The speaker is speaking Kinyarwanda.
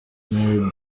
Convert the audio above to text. mary